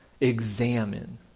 examine